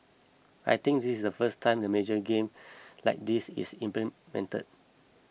I think this is the first time in a major game like this is implemented